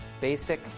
basic